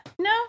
No